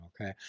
Okay